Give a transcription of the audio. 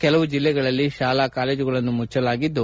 ಕೆಲವು ಜಿಲ್ಲೆಗಳಲ್ಲಿ ಶಾಲಾ ಕಾಲೇಜುಗಳನ್ನು ಮುಚ್ಲಲಾಗಿದ್ದು